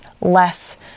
less